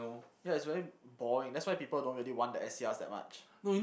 ya it's very boring that's why people don't really want the S_E_Rs that much